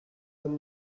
then